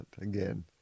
Again